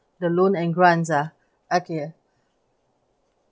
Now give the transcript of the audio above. the loan and grants ah okay